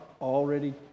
already